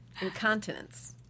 Incontinence